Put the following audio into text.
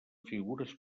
figures